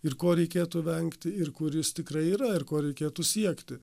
ir ko reikėtų vengti ir kur jis tikrai yra ir ko reikėtų siekti